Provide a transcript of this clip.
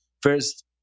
first